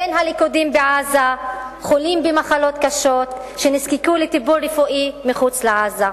בין הלכודים בעזה חולים במחלות קשות שנזקקו לטיפול רפואי מחוץ לעזה.